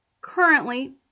currently